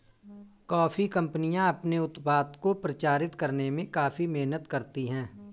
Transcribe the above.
coffee कंपनियां अपने उत्पाद को प्रचारित करने में काफी मेहनत करती हैं